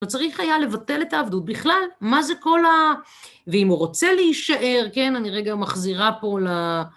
לא צריך היה לבטל את העבדות בכלל, מה זה כל ה... ואם הוא רוצה להישאר, כן, אני רגע מחזירה פה ל...